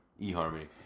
eHarmony